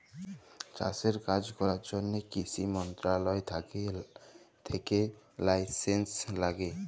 চাষের কাজ ক্যরার জ্যনহে কিসি মলত্রলালয় থ্যাকে লাইসেলস ল্যাগে